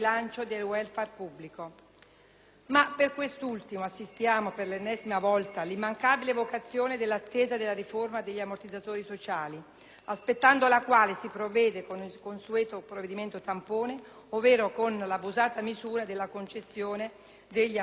Per quest'ultimo, però, assistiamo per l'ennesima volta all'immancabile evocazione dell'attesa della riforma degli ammortizzatori sociali, aspettando la quale si provvede con il consueto provvedimento tampone, ovvero con l'abusata misura della concessione degli ammortizzatori in deroga.